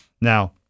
Now